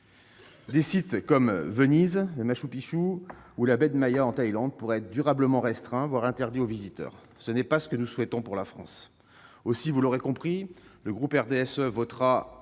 des sites comme Venise, le Machu Picchu ou la baie de Maya en Thaïlande pourrait être durablement restreint, voire interdit, aux visiteurs. Ce n'est pas ce que nous souhaitons pour la France. Aussi, vous l'aurez compris, le groupe du RDSE votera